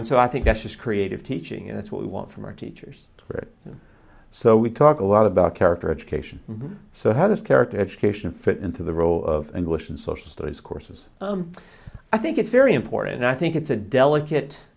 so i think that's just creative teaching and that's what we want from our teachers to get them so we talk a lot about character education so how does character education fit into the role of english and social studies courses i think it's very important and i think it's a delicate